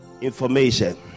Information